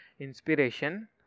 inspiration